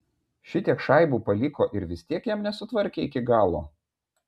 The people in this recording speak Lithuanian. šitiek šaibų paliko ir vis tiek jam nesutvarkė iki galo